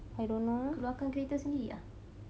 keluarkan kereta sendiri ah